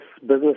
business